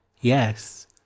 Yes